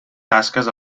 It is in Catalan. tasques